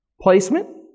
Placement